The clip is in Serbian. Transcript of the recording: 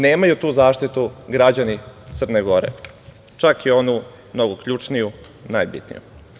Nemaju tu zaštitu građani Crne Gore, čak i onu mnogo ključniju, najbitniju.